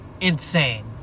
Insane